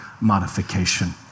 modification